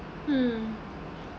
mm